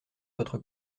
votre